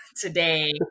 today